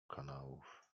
kanałów